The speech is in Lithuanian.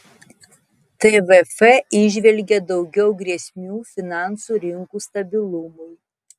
tvf įžvelgia daugiau grėsmių finansų rinkų stabilumui